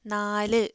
നാല്